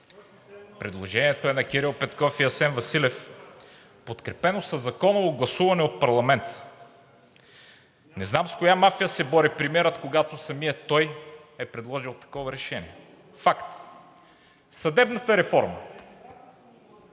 Предложението е на Кирил Петков и Асен Василев, подкрепено със законово гласуване от парламента. Не знам с коя мафия се бори премиерът, когато самият той е предложил такова решение? Факт! Съдебната реформа.